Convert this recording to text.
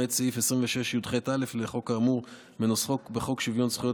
למעט סעיף 26יח(א) לחוק האמור כנוסחו בחוק שוויון זכויות